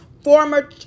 former